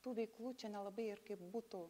tų veiklų čia nelabai ir kaip būtų